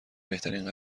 بهترین